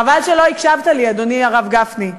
חבל שלא הקשבת לי, אדוני הרב גפני,